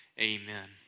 Amen